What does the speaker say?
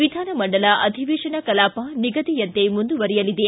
ವಿಧಾನಮಂಡಲ ಅಧಿವೇಶನ ಕಲಾಪ ನಿಗದಿಯಂತೆ ಮುಂದುವರೆಯಲಿದೆ